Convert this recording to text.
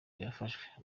yafashwe